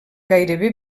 gairebé